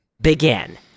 Begin